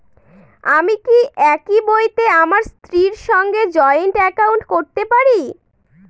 আমি কি একই বইতে আমার স্ত্রীর সঙ্গে জয়েন্ট একাউন্ট করতে পারি?